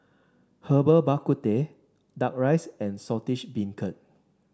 Herbal Bak Ku Teh duck rice and Saltish Beancurd